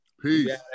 Peace